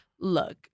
look